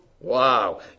Wow